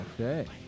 Okay